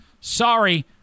Sorry